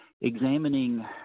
examining